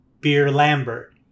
Beer-Lambert